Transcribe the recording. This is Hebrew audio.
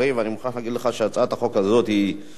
אני מוכרח להגיד לך שהצעת החוק הזאת היא בהחלט,